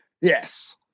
Yes